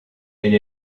elle